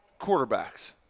quarterbacks –